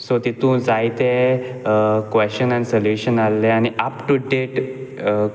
so तितू जायते question आनी सोलुशन आसले आनी आपटुडेट